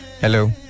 Hello